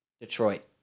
Detroit